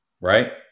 right